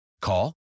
Call